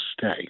stay